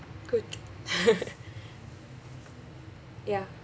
good ya